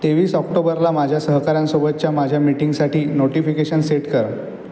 तेवीस ऑक्टोबरला माझ्या सहकाऱ्यांसोबतच्या माझ्या मीटिंगसाठी नोटिफिकेशन सेट कर